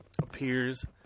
appears